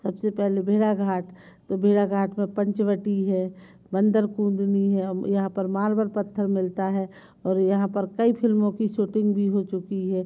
सब से पहले भेड़ाघाट तो भेड़ाघाट में पचमड़ी है बंदर कुण्ड भी है हम यहाँ पर मार्बल पत्थर मिलता है और यहाँ पर कई फिल्मों की शूटिंग भी हो चुकि है